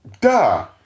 Duh